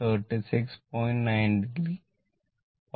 9 o